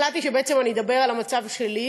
החלטתי שבעצם אני אדבר על המצב שלי,